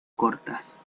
cortas